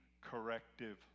corrective